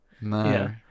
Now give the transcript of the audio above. No